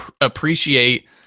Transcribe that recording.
appreciate